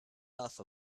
laugh